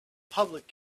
public